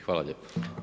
Hvala lijepo.